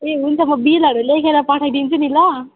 ए हुन्छ म बिलहरू लेखेर पठाइदिन्छु नि ल